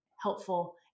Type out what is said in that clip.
helpful